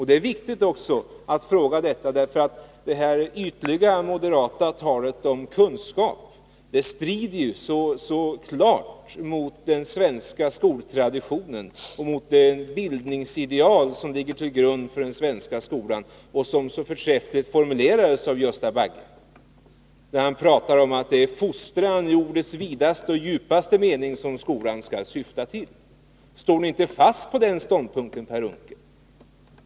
Det är viktigt att fråga detta, eftersom det här ytliga moderata talet om kunskap strider så klart mot den svenska skoltraditionen och mot det bildningsideal som ligger till grund för den svenska skolan och som så förträffligt formulerades av Gösta Bagge när han sade att det är fostran i ordets vidaste och djupaste mening som skolan skall syfta till. Står ni inte fast vid den ståndpunkten, Per Unckel?